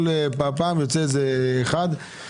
יכולים לקבל מענק של 80-70 אחוזים כדי לעודד